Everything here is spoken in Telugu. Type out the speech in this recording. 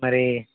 మరీ